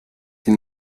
die